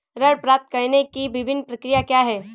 ऋण प्राप्त करने की विभिन्न प्रक्रिया क्या हैं?